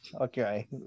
Okay